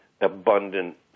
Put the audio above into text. abundant